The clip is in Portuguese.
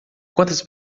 quantas